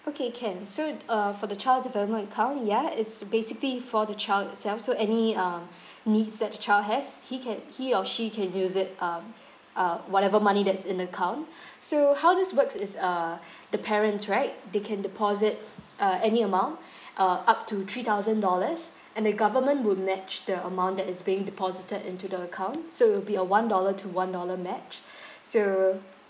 okay can so uh for the child development account ya it's basically for the child itself so any uh needs that the child has he can he or she can use it um uh whatever money that's in the account so how this works is uh the parents right they can deposit uh any amount uh up to three thousand dollars and the government would match the amount that is being deposited into the account so it'll be a one dollar to one dollar match so